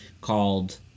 called